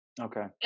Okay